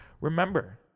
remember